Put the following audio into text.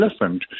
elephant